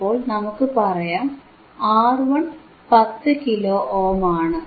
അപ്പോൾ നമുക്കു പറയാം R1 10 കിലോ ഓം ആണ്